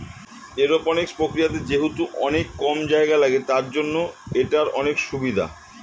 aeroponics প্রক্রিয়াতে যেহেতু অনেক কম জায়গা লাগে, তার জন্য এটার অনেক সুভিধা